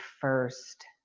first